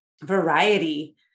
variety